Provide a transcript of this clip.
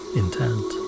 intent